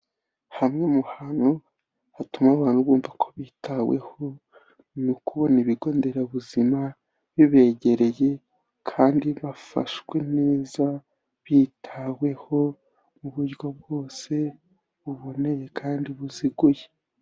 Hamwe mu hantu hatuma abantu bumva ko bitaweho, ni ukubona ibigo nderabuzima bibegereye kandi bafashwe neza, bitaweho mu buryo bwose buboneye kandi buziguye.